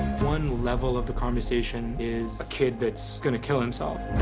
one level of the conversation is a kid that's gonna kill himself.